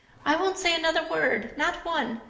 i won't say another word not one.